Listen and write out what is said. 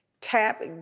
tap